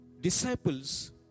disciples